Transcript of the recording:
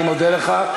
אני מודה לך.